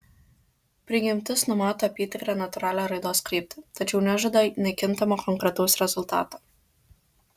prigimtis numato apytikrę natūralią raidos kryptį tačiau nežada nekintamo konkretaus rezultato